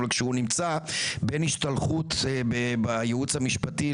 אבל כשהוא נמצא בין השתלחות בייעוץ המשפטי,